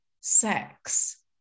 sex